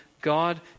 God